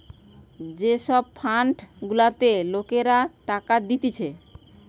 যে সব ফান্ড গুলাতে লোকরা টাকা দিতেছে